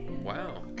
wow